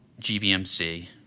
GBMC